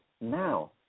now